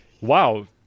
wow